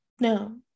No